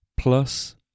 plus